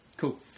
Cool